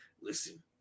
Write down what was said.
listen